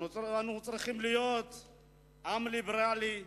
אנו צריכים להיות עם ליברלי,